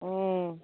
হুম